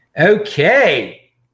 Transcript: Okay